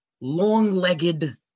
long-legged